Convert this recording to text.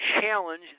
challenge